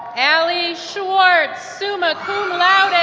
allie schwartz, summa cum